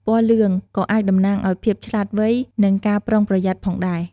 ពណ៌លឿងក៏អាចតំណាងឱ្យភាពឆ្លាតវៃ និងការប្រុងប្រយ័ត្នផងដែរ។